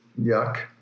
yuck